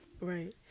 Right